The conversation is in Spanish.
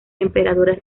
emperadores